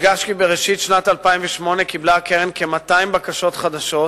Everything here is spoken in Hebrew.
יודגש כי בראשית שנת 2008 קיבלה הקרן כ-200 בקשות חדשות